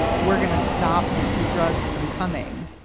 we're going to stop the drugs from coming.